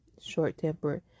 short-tempered